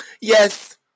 Yes